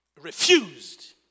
refused